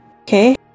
Okay